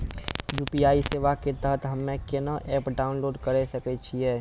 UPI सेवा के तहत हम्मे केना एप्प डाउनलोड करे सकय छियै?